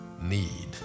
need